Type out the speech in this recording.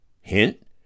Hint